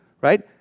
right